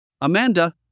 Amanda